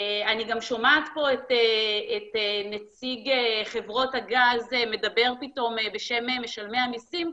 אני גם שומעת פה את נציג חברות הגז מדבר פתאום בשם משלמי המיסים,